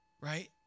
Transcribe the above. right